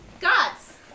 Gods